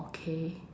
okay